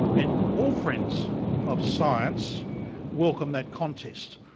and all friends of science welcome that contest.